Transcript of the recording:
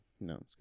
No